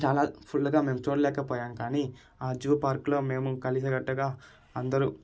చాలా ఫుల్గా మేము చూడలేకపోయాం కానీ ఆ జూ పార్క్లో మేము కలిసి కట్టుగా అందరూ